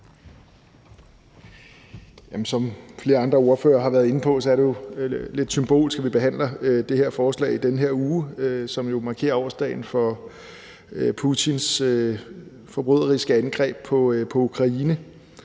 Som flere andre ordførere har været inde på, er det lidt symbolsk, at vi behandler det her forslag i den her uge, som jo markerer årsdagen for Putins forbryderiske angreb på Ukraine.